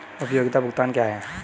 उपयोगिता भुगतान क्या हैं?